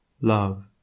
love